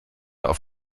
auf